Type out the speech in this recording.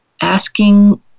asking